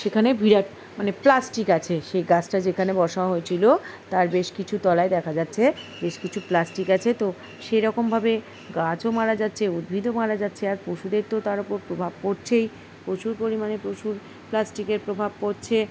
সেখানে বিরাট মানে প্লাস্টিক আছে সেই গাছটা যেখানে বসা হয়েছিলো তার বেশ কিছু তলায় দেখা যাচ্ছে বেশ কিছু প্লাস্টিক আছে তো সেরকমভাবে গাছও মারা যাচ্ছে উদ্ভিদও মারা যাচ্ছে আর পশুদের তো তার ওপর প্রভাব পড়ছেই প্রচুর পরিমাণে পশুর প্লাস্টিকের প্রভাব পড়ছে